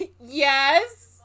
Yes